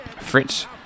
Fritz